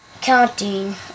counting